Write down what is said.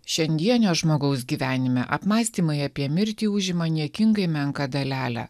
šiandienio žmogaus gyvenime apmąstymai apie mirtį užima niekingai menką dalelę